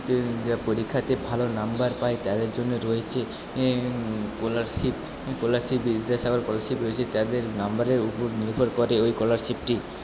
হচ্ছে পরীক্ষাতে ভালো নাম্বার পায় তাদের জন্য রয়েছে স্কলারশিপ স্কলারশিপ বিদ্যাসাগর স্কলারশিপ রয়েছে তাদের নাম্বারের উপর নির্ভর করে ওই কলারশিপটি